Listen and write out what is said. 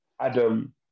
Adam